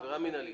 עבירה מינהלית.